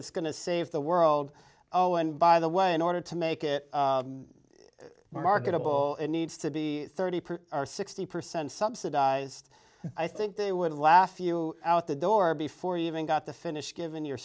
that's going to save the world oh and by the way in order to make it more marketable it needs to be thirty or sixty percent subsidized i think they would laugh you out the door before you even got to finish given your